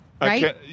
Right